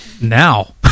Now